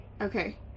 Okay